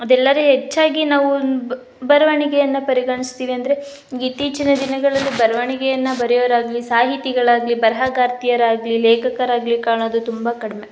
ಅದೆಲ್ಲರೆ ಹೆಚ್ಚಾಗಿ ನಾವು ಒಂದು ಬರವಣಿಗೆಯನ್ನು ಪರಿಗಣಿಸ್ತೀವಿ ಅಂದರೆ ಇತ್ತೀಚಿನ ದಿನಗಳಲ್ಲಿ ಬರವಣಿಗೆಯನ್ನ ಬರೆಯೋರಾಗ್ಲಿ ಸಾಹಿತಿಗಳಾಗಲಿ ಬರಹಗಾರ್ತಿಯರಾಗ್ಲಿ ಲೇಖಕರಾಗ್ಲಿ ಕಾಣೋದು ತುಂಬ ಕಡಿಮೆ